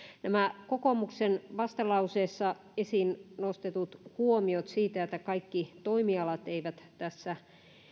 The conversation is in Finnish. nämä kokoomuksen vastalauseessa esiin nostetut huomiot siitä että kaikki toimialat eivät tässä